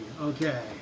Okay